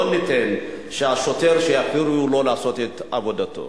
לא ניתן שיפריעו לשוטר לעשות את עבודתו.